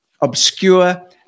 obscure